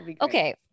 Okay